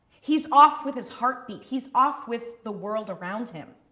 he's off with his heartbeat, he's off with the world around him.